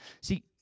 See